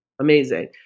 amazing